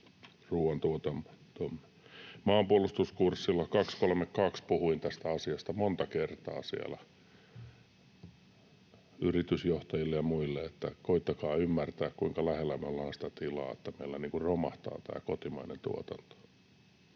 Maanpuolustuskurssilla 232 puhuin tästä asiasta monta kertaa yritysjohtajille ja muille, että koittakaa ymmärtää, kuinka lähellä me olemme sitä tilannetta, että meillä romahtaa tämä kotimainen tuotanto.